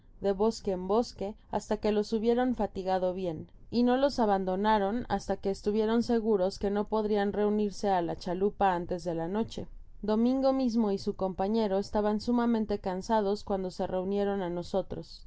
de bosque en bosque hasta que los hubieron fatigado bien y no los abandonaron hasta que estuvieron seguros que no podrian reunirse á la chalupa antes de la noche domingo mismo y su compañero estaban sumamente cansados cuando se reunieron á nosotros i